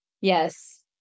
yes